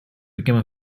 became